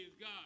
God